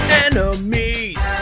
enemies